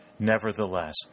Nevertheless